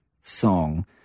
song